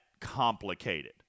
complicated